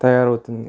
తయారవుతుంది